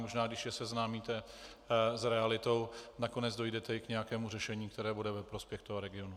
Možná když je seznámíte s realitou, nakonec dojdete i k nějakému řešení, které bude ve prospěch toho regionu.